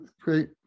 great